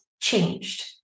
changed